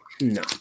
No